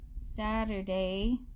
Saturday